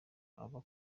aba